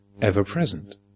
ever-present